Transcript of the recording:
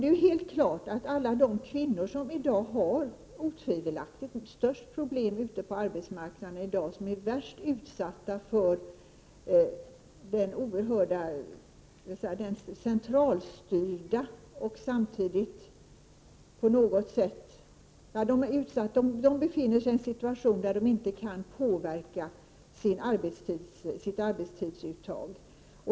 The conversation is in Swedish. Det är helt klart att kvinnorna, som otvivelaktigt har de största problemen på arbetsmarknaden i dag och, som är värst utsatta för centralstyrning m.m., befinner sig i en situation där de inte kan påverka sitt arbetstidsuttag.